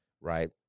right